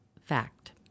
fact